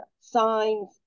signs